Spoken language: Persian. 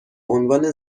عنوان